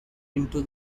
into